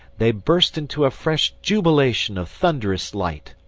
they burst into a fresh jubilation of thunderous light.